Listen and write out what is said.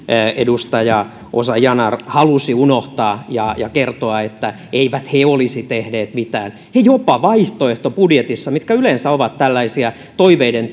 edustaja ozan yanar halusi unohtaa ja kertoa että eivät he olisi tehneet mitään he jopa vaihtoehtobudjetissa mitkä yleensä ovat tällaisia toiveiden